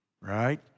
right